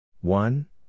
One